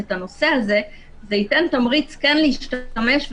את הנושא הזה זה ייתן תמריץ כן להשתמש,